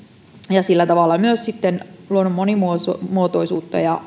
ja sillä tavalla myös sitten luonnon monimuotoisuutta ja